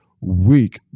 week